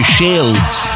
Shields